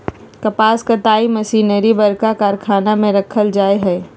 कपास कताई मशीनरी बरका कारखाना में रखल जैय हइ